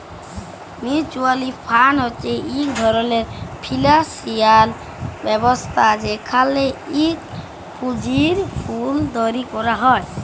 mutual fund হছে ইক ধরলের ফিল্যালসিয়াল ব্যবস্থা যেখালে ইকট পুঁজির পুল তৈরি ক্যরা হ্যয়